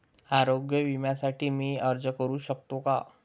आरोग्य विम्यासाठी मी अर्ज करु शकतो का?